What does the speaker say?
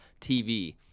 TV